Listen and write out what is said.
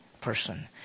person